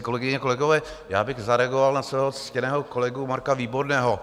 Kolegyně, kolegové, já bych zareagoval na svého ctěného kolegu Marka Výborného.